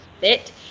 fit